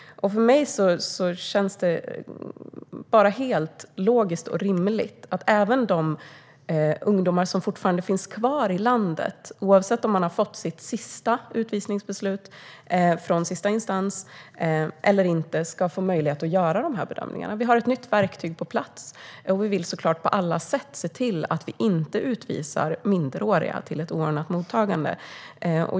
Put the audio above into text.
För mig känns det bara helt logiskt och rimligt att även de ungdomar som finns kvar i landet, oavsett om de har fått sitt sista utvisningsbeslut från sista instans eller inte, ska få möjlighet till de här bedömningarna. Vi har ett nytt verktyg på plats, och vi vill såklart på alla sätt se till att vi inte utvisar minderåriga till ett oordnat mottagande.